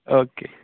okay